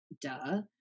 Duh